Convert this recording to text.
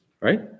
Right